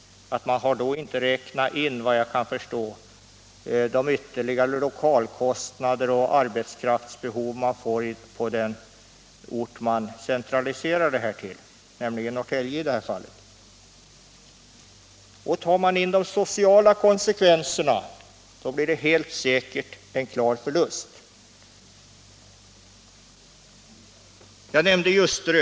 Man har då såvitt jag kan förstå inte räknat in de ytterligare lokalkostnader och arbetskraftsbehov som uppkommer på den ort dit verksamheten centraliseras, i det här fallet Norrtälje. Tar man dessutom med de sociala konsekvenserna i beräkningen, blir det helt säkert en klar förlust. Jag nämnde Ljusterö.